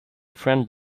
friend